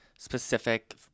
Specific